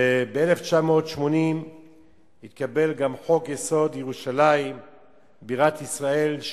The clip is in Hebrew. ב-1980 התקבל גם חוק-יסוד: ירושלים בירת ישראל,